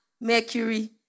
mercury